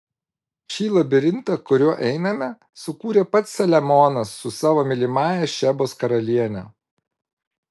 šį labirintą kuriuo einame sukūrė pats saliamonas su savo mylimąja šebos karaliene